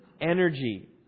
energy